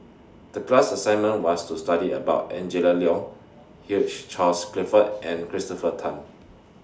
The class assignment was to study about Angela Liong Hugh Charles Clifford and Christopher Tan